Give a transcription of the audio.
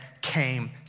came